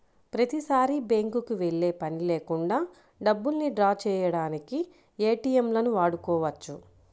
ప్రతిసారీ బ్యేంకుకి వెళ్ళే పని లేకుండా డబ్బుల్ని డ్రా చేయడానికి ఏటీఎంలను వాడుకోవచ్చు